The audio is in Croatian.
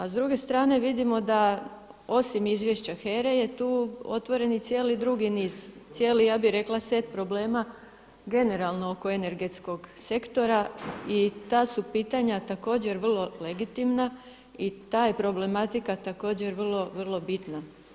A s druge strane vidimo da osim izvješća HERA-e je tu otvoreni i cijeli drugi niz, cijeli ja bih rekla set problema generalno oko energetskog sektora i ta su pitanja također vrlo legitimna i ta je problematika također vrlo, vrlo bitna.